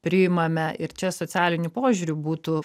priimame ir čia socialiniu požiūriu būtų